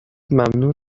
ممنون